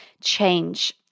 change